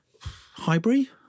Highbury